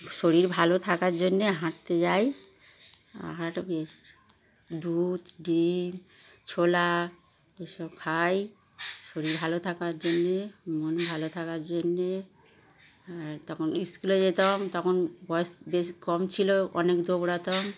শরীর ভালো থাকার জন্যে হাঁটতে যাই আরেকটা কী দুধ ডিম ছোলা এসব খাই শরীর ভালো থাকার জন্যে মন ভালো থাকার জন্যে আর তখন স্কুলে যেতাম তখন বয়স বেশ কম ছিল অনেক দৌড়াতাম